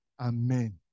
Amen